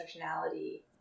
intersectionality